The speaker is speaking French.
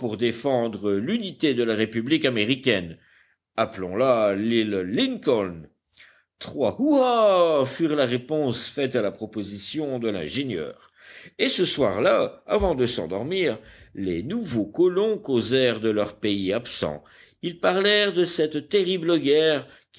défendre l'unité de la république américaine appelons la l'île lincoln trois hurrahs furent la réponse faite à la proposition de l'ingénieur et ce soir-là avant de s'endormir les nouveaux colons causèrent de leur pays absent ils parlèrent de cette terrible guerre